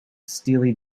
steely